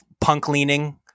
punk-leaning